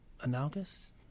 analogous